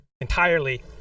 Entirely